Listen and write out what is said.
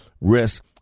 risk